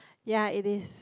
ya it is